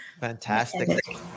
fantastic